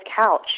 couch